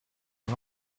nog